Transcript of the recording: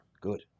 good